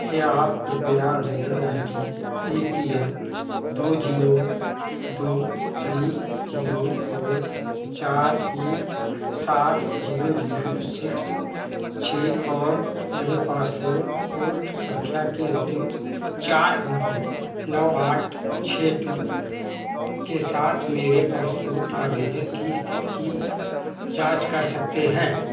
क्या आप कृपया आवेदन I D A P L दो जीरो दो थ्री जीरो फोर चार एक सात जीरो जीरो सिक्स छः और मेरे पासपोर्ट पोर्ट संख्या के अंतिम चार अंको नौ आठ छः टू के साथ मेरे पासपोर्ट आवेदन की स्थिति की जाँच कर सकते हैं